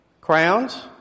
Crowns